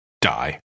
die